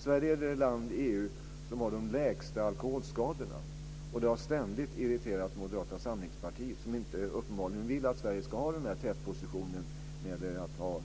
Sverige är det land i EU som har de lägsta siffrorna när det gäller alkoholskador, och det har ständigt irriterat Moderata samlingspartiet som uppenbarligen inte vill att Sverige ska ha den här tätpositionen när det gäller att ha